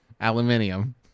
Aluminium